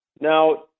Now